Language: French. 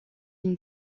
une